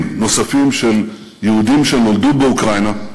נוספים של יהודים שנולדו באוקראינה,